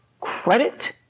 credit